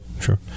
sure